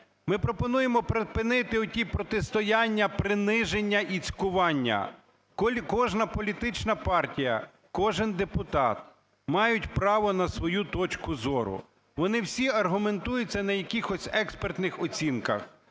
Ми пропонуємо припинити оті протистояння, приниження і цькування. Кожна політична партія, кожен депутат мають право на свою точку зору, вони всі аргументуються на якихось експертних оцінках,